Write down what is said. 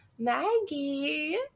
Maggie